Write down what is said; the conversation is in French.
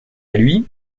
lui